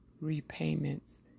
repayments